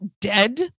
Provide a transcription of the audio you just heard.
dead